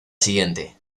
siguiente